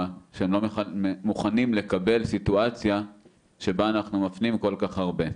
שהם לא מוכנים לקבל סיטואציה שבה אנחנו מפנים כל כך הרבה.